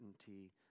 certainty